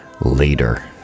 later